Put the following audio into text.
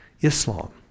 Islam